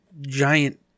giant